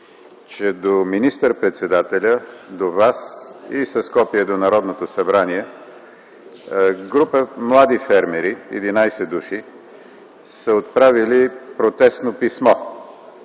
че до министър-председателя, до Вас и с копие до Народното събрание група млади фермери – 11 души, са отправили протестно писмо,